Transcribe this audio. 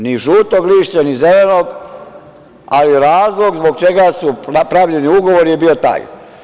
Ni žutog lišća, ni zelenog, ali razlog zbog čega su pravljeni ugovori je bio taj.